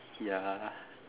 ya